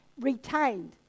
retained